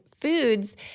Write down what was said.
foods